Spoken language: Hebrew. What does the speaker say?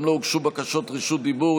גם לא הוגשו בקשות רשות דיבור.